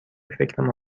فکرم